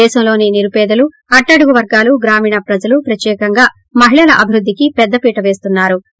దేశంలోని నిరుపేదలకు అట్టడుగు వర్గాలకు గ్రామీణ ప్రజలకు ప్రత్యేకంగా మహిళల అభివృద్ధికి పెద్ద పీట పేస్తున్నా రు